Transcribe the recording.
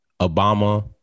Obama